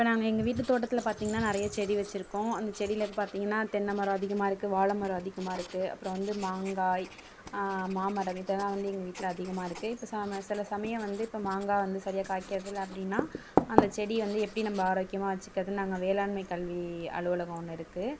இப்போ நாங்கள் எங்கள் வீட்டு தோட்டத்தில் பார்த்திங்கன்னா நிறைய செடி வச்சிருக்கோம் அந்த செடியில இப்போ பார்த்திங்கனா தென்னை மரம் அதிகமாக இருக்கு வாழை மரம் அதிகமாக இருக்கு அப்புறம் வந்து மாங்காய் மாமரம் இதெல்லாம் வந்து எங்கள் வீட்டில் அதிகமாக இருக்கு இப்போ சா சில சமயம் வந்து இப்போ மாங்காய் வந்து சரியாக காய்க்கறதில்லை அப்படின்னா அந்த செடி வந்து எப்படி நம்ப ஆரோக்கியமாக வச்சுக்கறதுன் நாங்கள் வேளாண்மை கல்வி அலுவலகம் ஒன்று இருக்கு